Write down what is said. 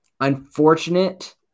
unfortunate